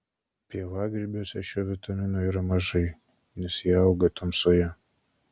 pievagrybiuose šio vitamino yra mažai nes jie auga tamsoje